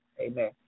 Amen